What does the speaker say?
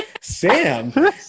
sam